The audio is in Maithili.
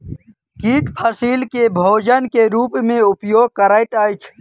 कीट फसील के भोजन के रूप में उपयोग करैत अछि